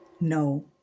no